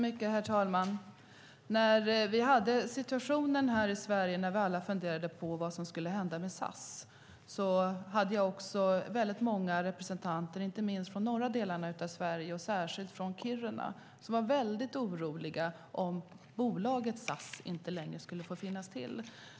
Herr talman! När vi alla här i Sverige funderade på vad som skulle hända med SAS fanns det många representanter inte minst från norra delarna av Sverige, och särskilt från Kiruna, som var väldigt oroliga för att bolaget SAS inte längre skulle få finnas till.